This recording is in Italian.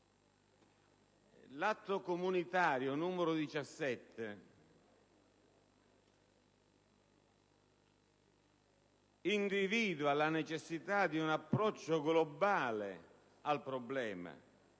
L'atto comunitario n. 17 individua la necessità di un approccio globale al problema